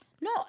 No